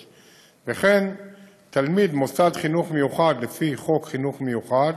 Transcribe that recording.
"וכן תלמיד מוסד חינוך מיוחד לפי חוק חינוך מיוחד,